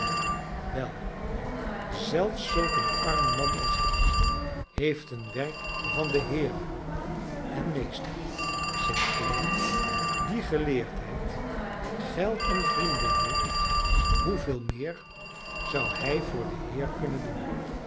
wel zelfs zulk een arm man als ik heeft een werk van den heere en meester st clare die geleerdheid geld en vrienden heeft hoeveel meer zou hij voor den heer kunnen doen